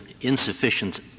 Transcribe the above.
insufficient